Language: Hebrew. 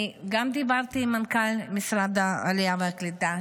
גם דיברתי עם מנכ"ל משרד העלייה והקליטה,